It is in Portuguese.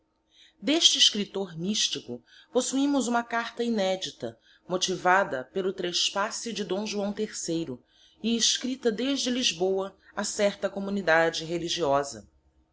d'este escriptor mystico possuimos uma carta inedita motivada pelo trespasse de d joão iii e escripta desde lisboa a certa communidade religiosa